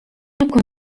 يكن